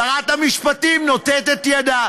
שרת המשפטים נותנת את ידה,